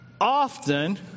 often